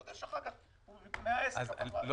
אתה יודע שאחר כך הוא הפך לשכיר.